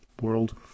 world